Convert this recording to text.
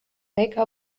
make